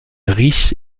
riche